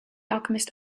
alchemist